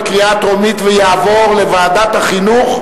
לדיון מוקדם בוועדת החינוך,